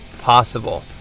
possible